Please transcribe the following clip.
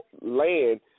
land